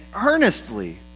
earnestly